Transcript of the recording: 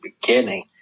beginning